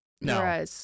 No